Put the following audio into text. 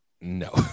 No